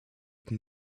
can